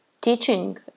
teaching